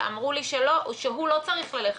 אמרו לי שהוא לא צריך ללכת,